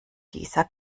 dieser